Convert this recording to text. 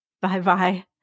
Bye-bye